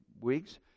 weeks